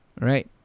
Right